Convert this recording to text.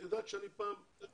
ואמרתי לך את זה פה גם בישיבה.